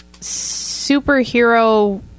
superhero